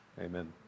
amen